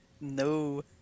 No